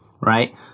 Right